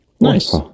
Nice